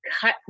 cut